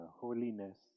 holiness